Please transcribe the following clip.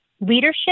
leadership